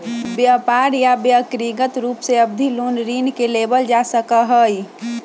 व्यापार या व्यक्रिगत रूप से अवधि लोन ऋण के लेबल जा सका हई